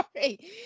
sorry